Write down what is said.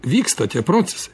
vyksta tie procesai